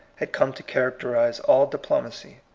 had come to characterize all diplomacy.